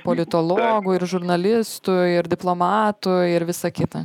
politologų ir žurnalistų ir diplomatų ir visa kita